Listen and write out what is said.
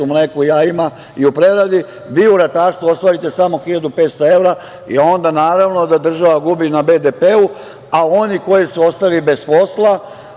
mleku i jajima i preradi, vi u ratarstvu ostvarite samo 1.500 evra i onda naravno da država gubi na BDP-u, a oni koji su ostali bez posla